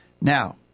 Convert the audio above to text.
Now